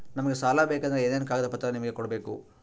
ನಮಗೆ ಸಾಲ ಬೇಕಂದ್ರೆ ಏನೇನು ಕಾಗದ ಪತ್ರ ನಿಮಗೆ ಕೊಡ್ಬೇಕು?